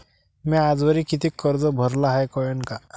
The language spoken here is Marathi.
म्या आजवरी कितीक कर्ज भरलं हाय कळन का?